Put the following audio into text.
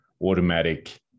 automatic